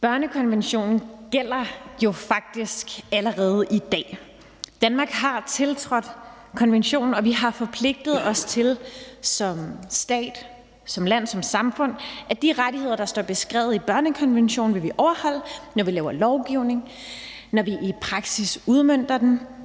Børnekonventionen gælder jo faktisk allerede i dag. Danmark har tiltrådt konventionen, og vi har forpligtet os til som stat, som land og som samfund, at de rettigheder, der står beskrevet i børnekonventionen, vil vi overholde, når vi laver lovgivning, når vi i praksis udmønter den,